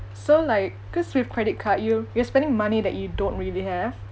so like cause with credit card you you're spending money that you don't really have